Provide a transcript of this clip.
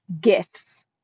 gifts